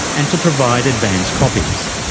and to provide advance copies.